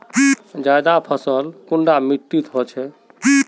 ज्यादा फसल कुन मिट्टी से बेचे?